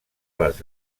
les